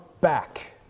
back